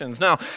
Now